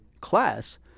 class